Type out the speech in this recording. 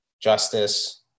justice